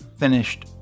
finished